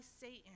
Satan